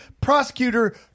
prosecutor